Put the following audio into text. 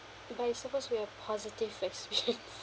but it's supposed to be a positive experience